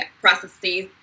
processes